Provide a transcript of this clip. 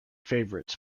favourites